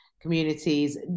communities